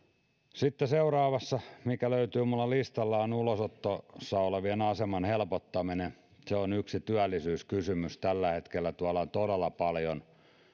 sitten seuraava mikä löytyy minulla listalta on ulosotossa olevien aseman helpottaminen se on yksi työllisyyskysymys tällä hetkellä tuolla on todella paljon